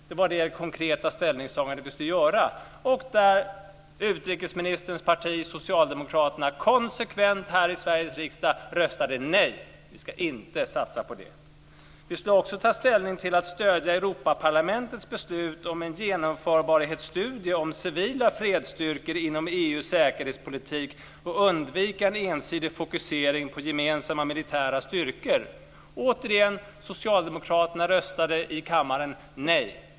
Det var det konkreta ställningstagande som skulle göras, men utrikesministerns parti Socialdemokraterna röstade här i Sveriges riksdag konsekvent nej till att satsa på det. Vi skulle också ta ställning till att stödja Europaparlamentets beslut om en genomförbarhetsstudie om civila fredsstyrkor inom EU:s säkerhetspolitik och undvika en ensidig fokusering på gemensamma militära styrkor. Återigen röstade socialdemokraterna nej i kammaren.